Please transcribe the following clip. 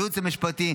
הייעוץ המשפטי,